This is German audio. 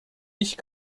ich